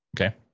Okay